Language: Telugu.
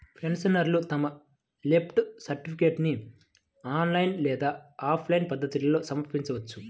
పెన్షనర్లు తమ లైఫ్ సర్టిఫికేట్ను ఆన్లైన్ లేదా ఆఫ్లైన్ పద్ధతుల్లో సమర్పించవచ్చు